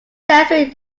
sensory